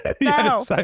No